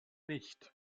nicht